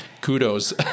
kudos